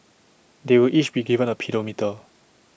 they will each be given A pedometer